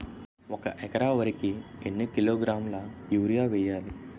ఒక ఎకర వరి కు ఎన్ని కిలోగ్రాముల యూరియా వెయ్యాలి?